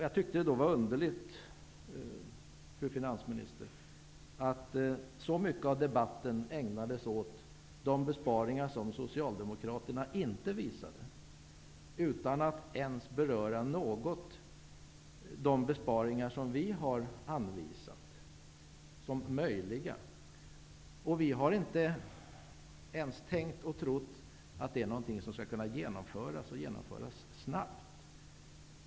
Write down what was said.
Jag tyckte det var underligt, fru finansminister, att så mycket av debatten ägnades åt de besparingar som Socialdemokraterna inte visade, utan att ens något beröra de besparingar som vi har anvisat som möjliga. Vi har inte ens tänkt eller trott att det är någonting som skall kunna genomföras, och genomföras snabbt.